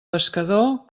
pescador